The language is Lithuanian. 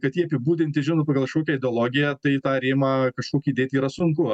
kad jį apibūdinti žinot pagal kažkokią ideologiją tai tą rėmą kažkokį dėt yra sunku